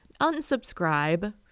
unsubscribe